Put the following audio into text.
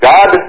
God